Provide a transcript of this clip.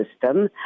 system